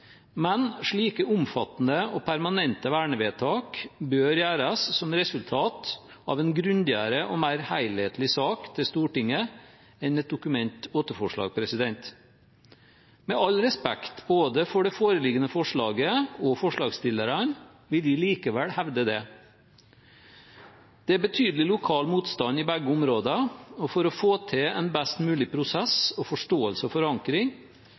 men slike omfattende og permanente vernevedtak bør gjøres som resultat av en grundigere og mer helhetlig sak til Stortinget enn et Dokument 8-forslag – med all respekt for både det foreliggende forslaget og forslagsstillerne vil jeg likevel hevde det. Det er betydelig lokal motstand i begge områdene, og for å få til en best mulig prosess og forståelse og forankring